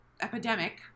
epidemic